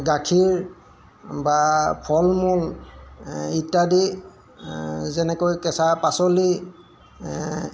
গাখীৰ বা ফল মূল ইত্যাদি যেনেকৈ কেঁচা পাচলি